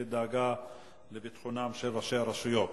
שדאגה לביטחונם של ראשי הרשויות.